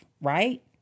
right